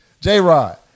J-Rod